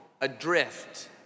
adrift